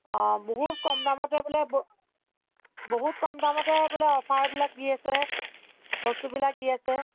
অঁ বহুত কম দামতে বোলে ব বহুত কম দামতে বোলে অফাৰবিলাক দি আছে বস্তুবিলাক দি আছে